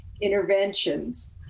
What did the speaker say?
interventions